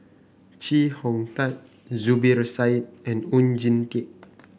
Chee Hong Tat Zubir Said and Oon Jin Teik